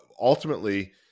ultimately